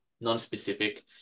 Non-specific